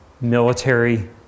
military